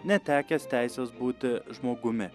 netekęs teisės būti žmogumi